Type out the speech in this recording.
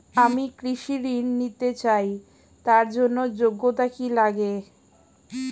আমি কৃষি ঋণ নিতে চাই তার জন্য যোগ্যতা কি লাগে?